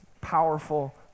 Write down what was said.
powerful